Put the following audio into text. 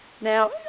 Now